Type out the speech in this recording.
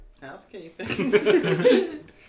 Housekeeping